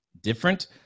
Different